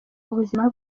ubuzima